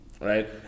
right